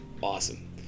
awesome